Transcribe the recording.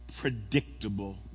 predictable